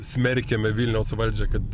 smerkiame vilniaus valdžią kad